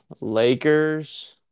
Lakers